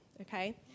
okay